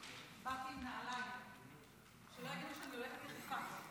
באתי עם נעליים, שלא יגידו שאני הולכת יחפה.